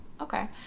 okay